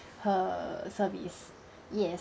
her service yes